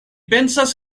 pensas